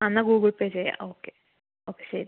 ആ എന്നാൽ Google pay ചെയ്യാം ഓക്കെ ഓക്കെ ശരി